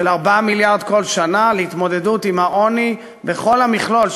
של 4 מיליארד כל שנה להתמודדות עם העוני בכל המכלול,